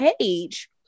page